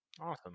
Awesome